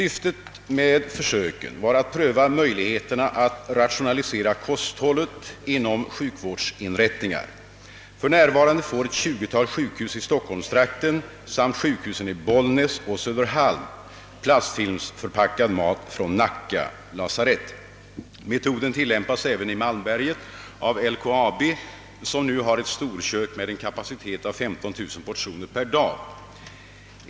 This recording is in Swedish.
Syftet med försöken var att pröva möjligheterna att rationalisera kosthållet inom sjukvårdsinrättningar. För närvarande får ett 20-tal sjukhus i stockholmstrakten samt sjukhusen i Bollnäs och Söderhamn plastfilmförpackad mat från Nacka lasarett. Metoden tillämpas även i Malmberget av LKAB, som nu har ett storkök med en kapacitet av 15 000 portioner per dag.